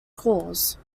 cause